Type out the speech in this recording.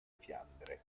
fiandre